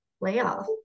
layoff